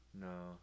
No